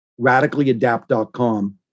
radicallyadapt.com